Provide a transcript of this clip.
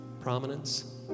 prominence